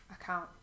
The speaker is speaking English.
Account